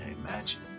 Imagine